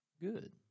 Good